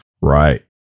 Right